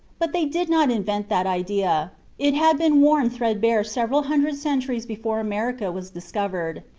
but they did not invent that idea it had been worn threadbare several hundred centuries before america was discovered.